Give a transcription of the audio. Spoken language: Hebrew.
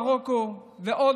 מרוקו ועוד,